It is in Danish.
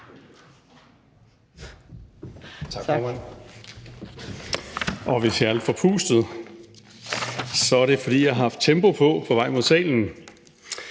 Hvis jeg er lidt forpustet, er det, fordi jeg har haft tempo på på vej mod salen.